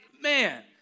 Man